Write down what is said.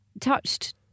touched